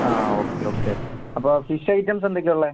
ആ okay okay അപ്പം fish items എന്തൊക്കെയാണ് ഉള്ളത്